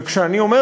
וכשאני אומר,